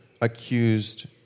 accused